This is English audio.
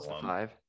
five